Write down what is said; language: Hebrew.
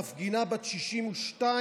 מפגינה בת 62,